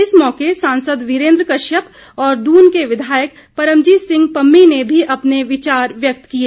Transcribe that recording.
इस मौके सांसद वीरेन्द्र कश्यप और दून के विधायक परमजीत सिंह पम्मी ने भी अपने विचार व्यक्त किए